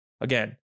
again